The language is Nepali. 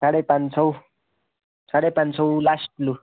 साढे पाँच सय साढे पाँच सय लास्ट लु